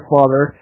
Father